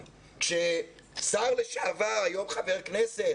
כששר לשעבר, היום חבר כנסת,